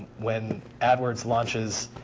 when adwords launches,